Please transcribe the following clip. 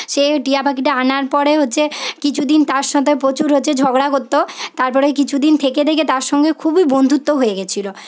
সেই টিয়াপাখিটা আনার পরে হচ্ছে কিছুদিন তার সঙ্গে প্রচুর হচ্ছে ঝগড়া করত তারপরে কিছুদিন থেকে থেকে তার সঙ্গে খুবই বন্ধুত্ব হয়ে গেছিল